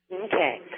Okay